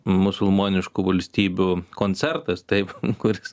musulmoniškų valstybių koncertas taip kuris